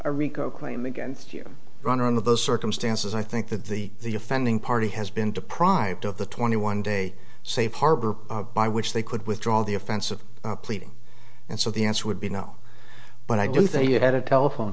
a rico claim against you runner in those circumstances i think that the the offending party has been deprived of the twenty one day safe harbor by which they could withdraw the offense of pleading and so the answer would be no but i do think you had a telephone